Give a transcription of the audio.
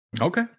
Okay